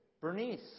Bernice